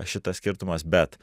šitas skirtumas bet